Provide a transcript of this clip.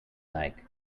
like